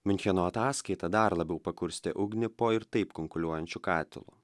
miuncheno ataskaita dar labiau pakurstė ugnį po ir taip kunkuliuojančiu katilu